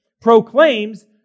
proclaims